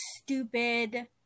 stupid